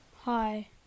Hi